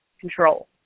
control